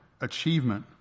achievement